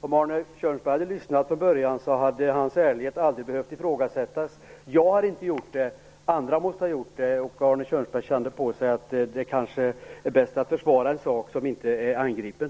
Om Arne Kjörnsberg hade lyssnat från första början skulle hans ärlighet aldrig ha behövt ifrågasättas. Jag har inte gjort det. Det måste vara andra som har gjort det. Kanske kände Arne Kjörnsberg på sig att det är bäst att försvara en sak som inte är angripen.